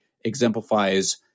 exemplifies